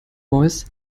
voice